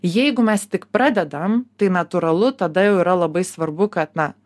jeigu mes tik pradedam tai natūralu tada jau yra labai svarbu kad na